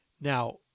Now